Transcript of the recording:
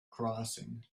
crossing